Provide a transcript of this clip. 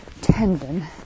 tendon